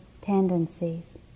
tendencies